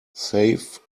save